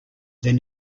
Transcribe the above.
there